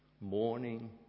morning